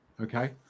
okay